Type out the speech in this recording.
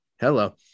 Hello